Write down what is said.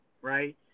right